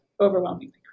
overwhelmingly